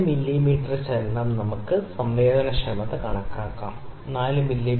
4 millimetre ചലനം നീക്കുമ്പോൾ നമുക്ക് സംവേദനക്ഷമത കണക്കാക്കാം ഇത് 0